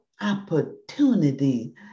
opportunity